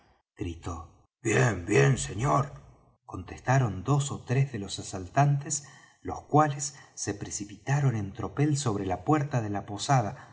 gritó bien bien señor contestaron dos ó tres de los asaltantes los cuales se precipitaron en tropel sobre la puerta de la posada